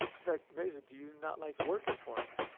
he's like, meza, do you not like working for me?